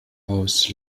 aus